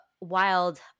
wild